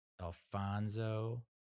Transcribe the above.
Alfonso